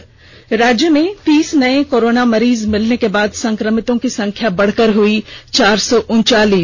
त् राज्य में तीस नए कोरोना के मरीज मिलने के बाद संक्रमितों की संख्या बढ़कर हुई चार सौ उनचालीस